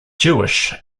jewish